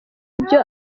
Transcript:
ibyo